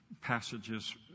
passages